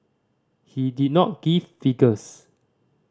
he did not give figures